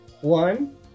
One